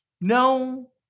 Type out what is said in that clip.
no